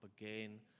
again